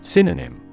Synonym